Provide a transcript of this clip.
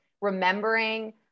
remembering